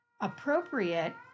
Appropriate